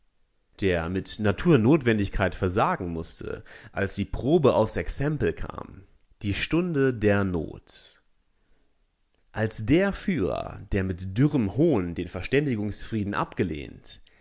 der mit naturnotwendigkeit versagen mußte als die probe aufs exempel kam die stunde der not als der führer der mit dürrem hohn den verständigungsfrieden abgelehnt